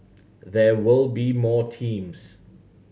there will be more teams